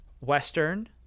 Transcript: Western